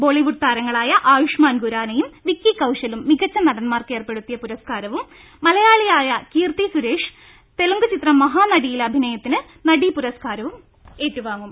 ബോളിവുഡ് താരങ്ങളായ ആയുഷ്മാൻ ഖുറാനയും വിക്കി കൌശലും മികച്ച നടന്മാർക്ക് ഏർപ്പെടുത്തിയ പുരസ്കാരവും മലയാളിയായ കീർത്തി സുരേഷ് തെലുങ്കു ചിത്രം മഹാനടിയിലെ അഭിനയത്തിന് മികച്ച നടി പുരസ്കാരവും ഏറ്റുവാങ്ങും